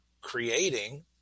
creating